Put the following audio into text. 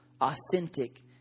authentic